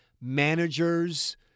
manager's